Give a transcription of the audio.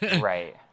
Right